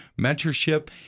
mentorship